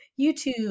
YouTube